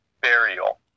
burial